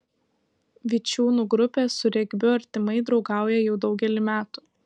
vičiūnų grupė su regbiu artimai draugauja jau daugelį metų